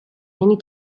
many